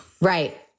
Right